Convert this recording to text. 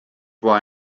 why